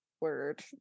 word